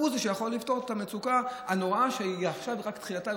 זה מה שיכול לפתור את המצוקה הנוראה שעכשיו רק תחילתה,